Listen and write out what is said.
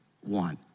one